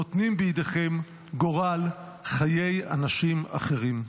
נותנים בידיכם גורל חיי אנשים אחרים.